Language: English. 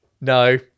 No